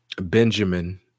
Benjamin